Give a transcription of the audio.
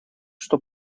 что